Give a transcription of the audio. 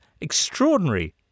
extraordinary